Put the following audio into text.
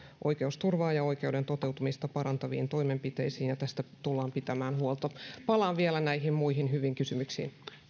oikeusturvaa ja oikeuden toteutumista parantaviin toimenpiteisiin ja tästä tullaan pitämään huolta palaan vielä näihin muihin hyviin kysymyksiin